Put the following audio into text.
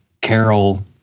carol